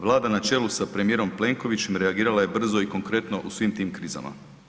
Vlada na čelu sa premijerom Plenkovićem reagirala je brzo i konkretno u svim tim krizama.